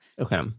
Okay